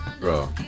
Bro